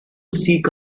seek